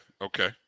Okay